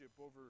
over